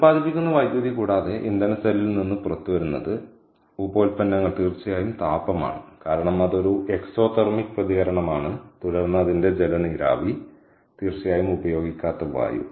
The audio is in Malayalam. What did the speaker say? ഉൽപ്പാദിപ്പിക്കുന്ന വൈദ്യുതി കൂടാതെ ഇന്ധന സെല്ലിൽ നിന്ന് പുറത്തുവരുന്നത് ഉപോൽപ്പന്നങ്ങൾ തീർച്ചയായും താപമാണ് കാരണം അത് ഒരു എക്സോതെർമിക് പ്രതികരണമാണ് തുടർന്ന് അതിന്റെ ജല നീരാവി തീർച്ചയായും ഉപയോഗിക്കാത്ത വായു